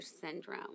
syndrome